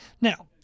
Now